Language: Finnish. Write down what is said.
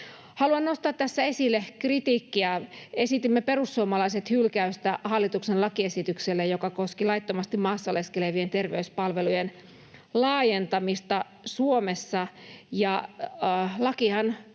Haluan nostaa tässä esille kritiikkiä. Esitimme, perussuomalaiset, hylkäystä hallituksen lakiesitykselle, joka koski laittomasti maassa oleskelevien terveyspalvelujen laajentamista Suomessa. Ja lakihan